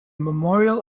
memorial